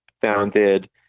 founded